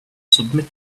submit